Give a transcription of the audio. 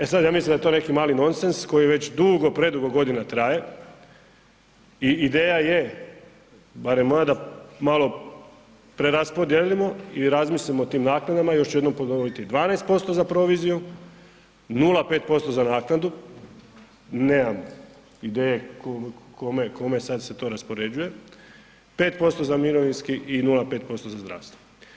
E sad ja mislim da je to neki mali nonsens koji već dugo predugo godina traje i ideja je barem moja da malo preraspodijelimo i razmislimo o tim naknadama, još ću jednom ponoviti 12% za proviziju, 0,5% za naknadu, nemam ideje kome, kome sad se to raspoređuje, 5% za mirovinski i 0,5% za zdravstvo.